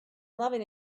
loving